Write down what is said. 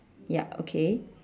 ya okay